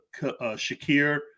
Shakir